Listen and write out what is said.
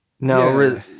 no